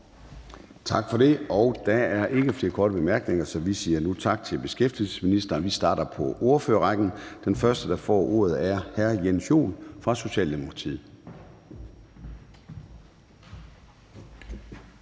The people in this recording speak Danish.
Gade): Der er ikke flere korte bemærkninger, så vi siger tak til beskæftigelsesministeren og starter på ordførerrækken. Den første, der får ordet, er hr. Jens Joel fra Socialdemokratiet.